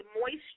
moisture